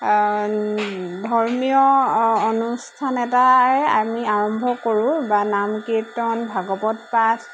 ধৰ্মীয় অনুষ্ঠান এটাই আমি আৰম্ভ কৰোঁ বা নামকীৰ্তন ভাগৱত পাঠ